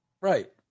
right